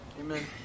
Amen